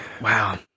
wow